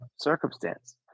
circumstance